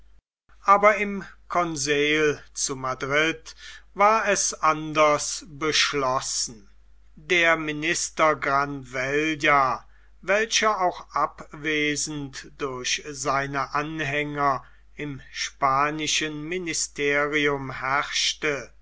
aber im conseil zu madrid war es anders beschlossen der minister granvella welcher auch abwesend durch seine anhänger im spanischen ministerium herrschte